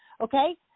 okay